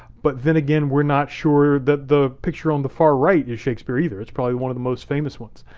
but then again we're not sure that the picture on the far right is shakespeare either. it's probably one of the most famous ones.